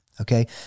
okay